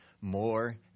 more